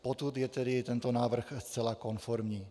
Potud je tedy tento návrh zcela konformní.